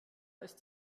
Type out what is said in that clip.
ist